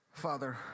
Father